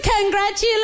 Congratulations